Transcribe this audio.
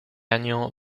año